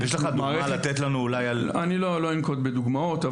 אני לא אנקוט בדוגמאות.